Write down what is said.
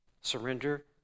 Surrender